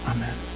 Amen